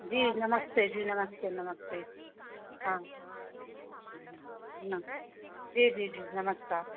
जी नमस्ते जी नमस्ते नमस्ते हाँ हम्म ना जी जी नमस्कार